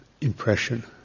impression